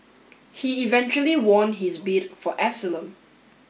he eventually won his bid for asylum